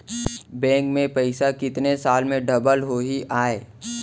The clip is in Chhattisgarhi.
बैंक में पइसा कितने साल में डबल होही आय?